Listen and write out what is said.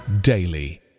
daily